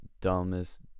dumbest